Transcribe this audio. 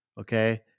Okay